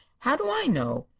how do i know?